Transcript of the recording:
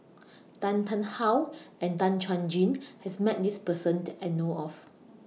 Tan Tarn How and Tan Chuan Jin has Met This Person that I know of